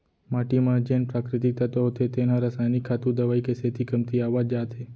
माटी म जेन प्राकृतिक तत्व होथे तेन ह रसायनिक खातू, दवई के सेती कमतियावत जात हे